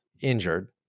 injured